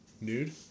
Nude